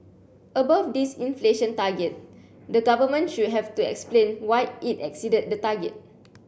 above this inflation target the government should have to explain why it exceeded the target